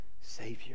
Savior